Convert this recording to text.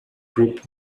group